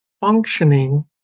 functioning